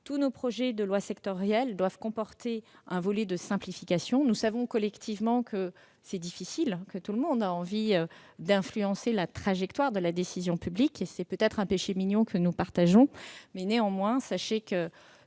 Tous nos projets de loi sectoriels doivent comporter un volet de simplification. Nous savons collectivement que c'est difficile, puisque nous avons tous envie d'influencer la trajectoire de la décision publique- c'est peut-être un péché mignon que nous partageons ... Sachez néanmoins que